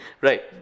Right